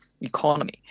economy